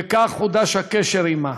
וכך חודש הקשר עמה.